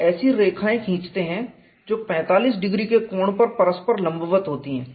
आप ऐसी रेखाएँ खींचते हैं जो 45 डिग्री के कोण पर परस्पर लंबवत होती हैं